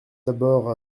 d’abord